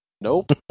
nope